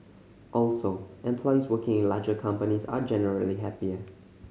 also employees working in larger companies are generally happier